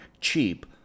cheap